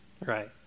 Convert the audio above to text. Right